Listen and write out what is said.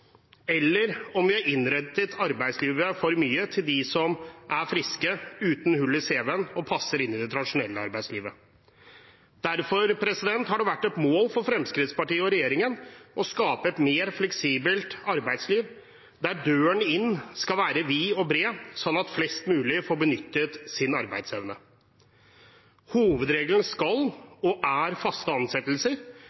eller om vi har innrettet arbeidslivet for mye etter dem som er friske, ikke har hull i cv-en og passer inn i det tradisjonelle arbeidslivet. Derfor har det vært et mål for Fremskrittspartiet og regjeringen å skape et mer fleksibelt arbeidsliv, der døren inn skal være vid og bred, sånn at flest mulig får benyttet sin arbeidsevne. Hovedregelen skal